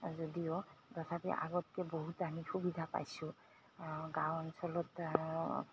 যদিও তথাপি আগতকৈ বহুত আমি সুবিধা পাইছোঁ গাঁও অঞ্চলত